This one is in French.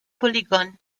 polygones